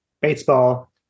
baseball